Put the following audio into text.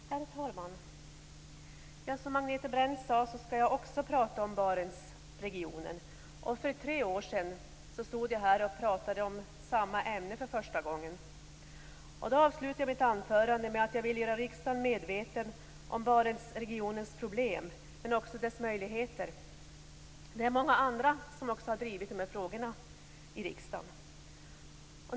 Herr talman! Som Agneta Brendt sade skall jag också prata om Barentsregionen. För tre år sedan stod jag här och pratade om samma ämne för första gången. Då avslutade jag mitt anförande med att jag ville göra riksdagen medveten om Barentsregionens problem, men också dess möjligheter. Det finns många andra som också har drivit de här frågorna i riksdagen.